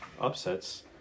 upsets